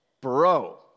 Bro